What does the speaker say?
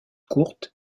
courte